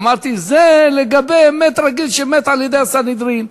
אמרתי: זה לגבי מת רגיל שמת על-ידי הסנהדרין,